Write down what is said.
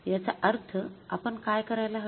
याचा अर्थ आपण काय करायला हवे